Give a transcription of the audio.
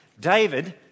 David